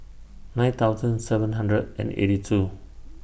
nine thousand seven hundred and eighty two